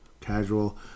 casual